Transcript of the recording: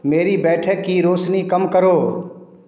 मेरी बैठक की रौशनी कम करो